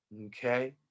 okay